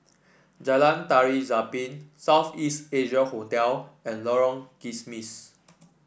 Jalan Tari Zapin South East Asia Hotel and Lorong Kismis